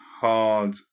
hard